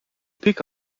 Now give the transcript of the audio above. pick